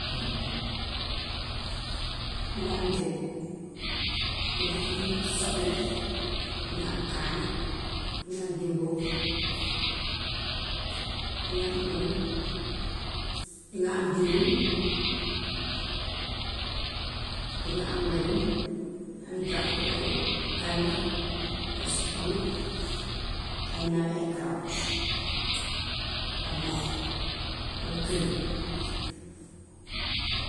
Dina am jën, dina am soble, dina am kaani, dina am jimboo, dina am oño, dina am diwlin, dina am lejum, ay jaxatu, ay kànja, ay suppome, ay nawe ak karoot ak ndox walla këriñ.